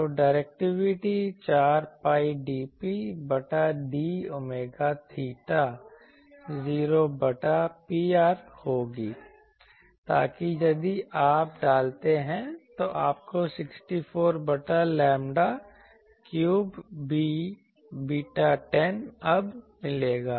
तो directivity 4 pi dP बटा d omega theta 0 बटा Pr होगी ताकि यदि आप डालते हैं तो आपको 64 बटा लैम्ब्डा क्यूब β10 ab मिलेगा